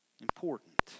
Important